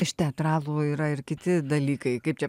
iš teatralų yra ir kiti dalykai kaip čia